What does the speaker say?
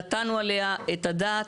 נתנו עליה את הדעת.